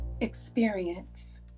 experience